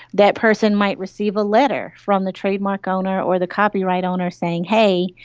that person might receive a letter from the trademark owner or the copyright owner saying, hey,